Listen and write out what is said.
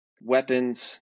weapons